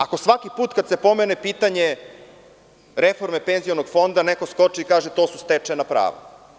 Ako svaki put kada se pomene pitanje reforme penzionog fonda, neko skoči i kaže – to su stečena prava.